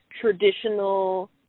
traditional